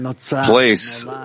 place